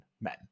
men